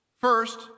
First